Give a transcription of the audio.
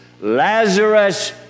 Lazarus